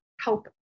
help